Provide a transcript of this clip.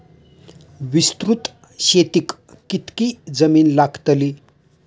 विस्तृत शेतीक कितकी जमीन लागतली?